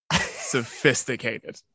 sophisticated